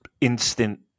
instant